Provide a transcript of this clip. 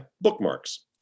Bookmarks